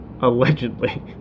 Allegedly